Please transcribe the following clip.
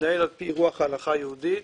ומתנהל על פי רוח ההלכה היהודית,